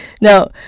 Now